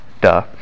Duh